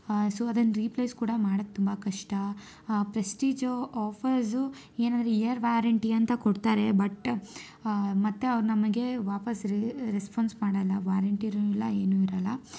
so ಅದನ್ನ replace ಕೂಡ ಮಾಡಕ್ಕೆ ತುಂಬ ಕಷ್ಟ ಪ್ರೆಸ್ಟೀಜು ಆಫರ್ಸು ಏನು ಅಂದರೆ ಇಯರ್ ವಾರಂಟಿ ಅಂತ ಕೊಡ್ತಾರೆ ಬಟ್ ಮತ್ತೆ ಅವ್ರು ನಮಗೆ ವಾಪಸ್ ರೆಸ್ಪಾನ್ಸ್ ಮಾಡಲ್ಲ ವಾರಂಟಿನೂ ಇರಲ್ಲ ಏನೂ ಇರಲ್ಲ